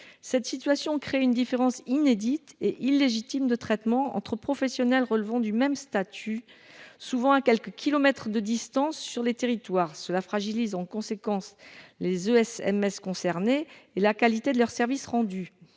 cette situation crée une différence inédite et illégitime de traitement entre professionnels relevant du même statut souvent à quelques km de distance sur les territoires, cela fragilise en conséquence les oeufs SMS concernés et la qualité de leurs services rendus,